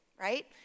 right